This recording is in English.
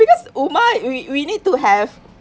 because umah we we need to have